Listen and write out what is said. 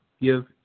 Give